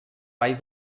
vall